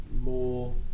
more